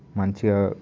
మంచిగా